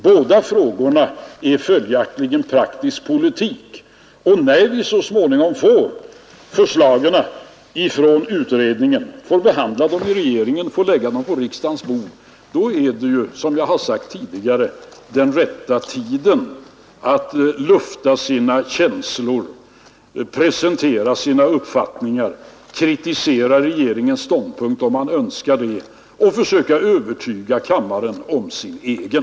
Båda frågorna är följaktligen praktisk politik, och när vi så småningom får förslagen ifrån utredningen, får behandla dem i regeringen och lägga dem på riksdagens bord, är det ju som jag har sagt tidigare den rätta tiden att lufta sina känslor, presentera sina uppfattningar, kritisera regeringens ståndpunkt, om man önskar det, och försöka övertyga kammaren om sin egen.